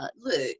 Look